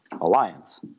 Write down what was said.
alliance